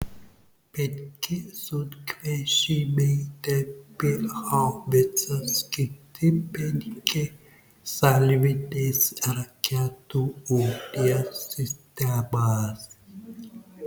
penki sunkvežimiai tempė haubicas kiti penki salvinės raketų ugnies sistemas